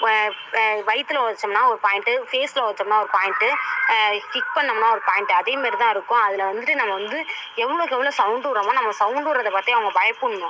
வயித்தில் உதச்சோம்னா ஒரு பாயிண்ட்டு ஃபேஸில் உதச்சோம்னா ஒரு பாய்ண்ட்டு கிக் ண்ணோம்னா ஒரு பாய்ண்ட்டு அதேமாரி தான் இருக்கும் அதில் வந்துவிட்டு நம்ம வந்து எவ்வளோக்கு எவ்வளோ சௌண்டு விட்றோமோ நம்ம சௌண்டு விட்றத பார்த்தே அவங்க பயப்புடனும்